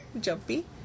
Jumpy